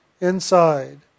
inside